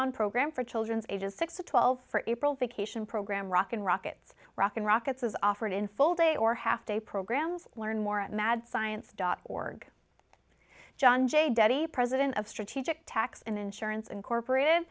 on program for children ages six to twelve for april vacation program rock and rockets rock and rockets is offered in full day or half day programs one more at mad science dot org john jay daddy president of strategic tax and insurance incorporated